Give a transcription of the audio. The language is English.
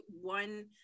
One